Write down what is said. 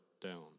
down